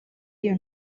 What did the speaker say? iyo